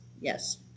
Yes